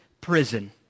prison